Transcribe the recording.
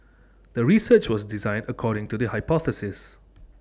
the research was designed according to the hypothesis